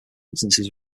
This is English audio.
instances